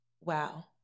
wow